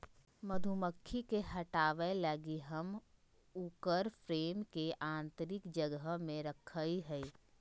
मधुमक्खी के हटाबय लगी हम उकर फ्रेम के आतंरिक जगह में रखैय हइ